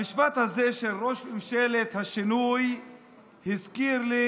המשפט הזה של ראש ממשלת השינוי הזכיר לי